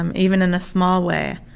um even in a small way.